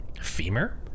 femur